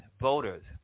voters